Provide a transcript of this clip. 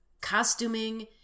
costuming